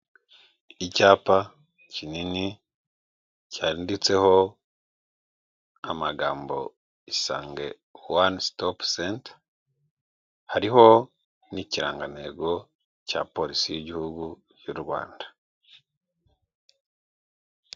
Icyapa kinini cyanditseho amagambo isange wani sitopu senta, hariho n'ikirangantego cya polisi y'igihugu y'u Rwanda.